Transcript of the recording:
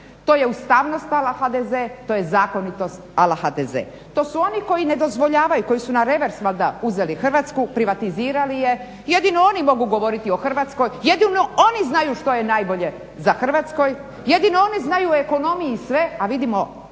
to je ustavnost a la HDZ, to je zakonitost a la HDZ. To su oni koji ne dozvoljavaju koji su na reveres valjda uzeli Hrvatsku, privatizirali je, jedino oni mogu govoriti o Hrvatskoj, jedino oni znaju što je najbolju za Hrvatsku, jedino oni znaju o ekonomiji sve, a vidimo po